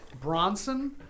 Bronson